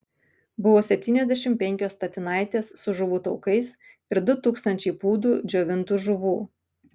buvo septyniasdešimt penkios statinaitės su žuvų taukais ir du tūkstančiai pūdų džiovintų žuvų